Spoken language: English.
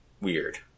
weird